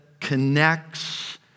connects